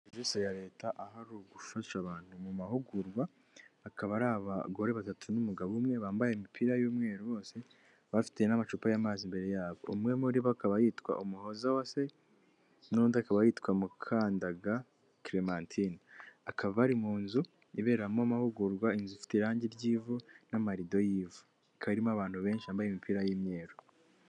Isi ya leta ahari ugufasha abantu mu mahugurwa akaba ari abagore batatu n'umugabo umwe bambaye imipira y'umweru bose, bafite n'amacupa y'amazi imbere yabo umwe muri bo akaba yitwa umuhoza wa se n'undi akaba yitwa mukandaga clementine, akaba ari mu nzu iberamo amahugurwa inzu ifite irangi ry'ivu n'amarido y'ivu karimo abantu benshi bambaye imipira y'imyeru.